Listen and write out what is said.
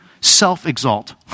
self-exalt